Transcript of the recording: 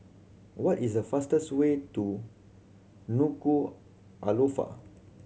what is the fastest way to Nuku'alofa